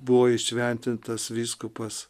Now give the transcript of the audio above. buvo įšventintas vyskupas